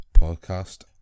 podcast